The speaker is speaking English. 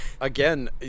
again